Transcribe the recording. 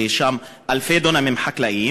ויש שם אלפי דונמים חקלאיים,